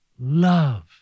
love